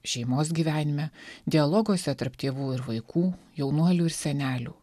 šeimos gyvenime dialoguose tarp tėvų ir vaikų jaunuolių ir senelių